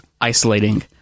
isolating